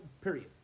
Period